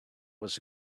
was